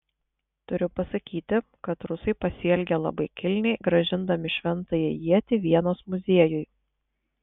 turiu pasakyti kad rusai pasielgė labai kilniai grąžindami šventąją ietį vienos muziejui